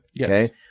okay